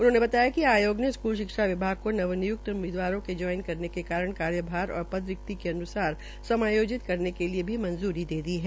उन्होंने बताया कि आयोग ने स्कूल शिक्षा विभाग को नवनियुक्त उम्मीदवारों के ज्वाइन करने के कारण कार्यभार और पद रिक्ति के अन्सार समायोजित करने के लिए भी मंजूरी प्रदान कर दी है